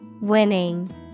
Winning